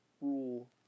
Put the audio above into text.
rule